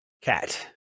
cat